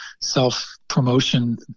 self-promotion